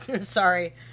Sorry